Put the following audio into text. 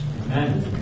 Amen